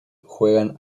juegan